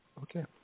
Okay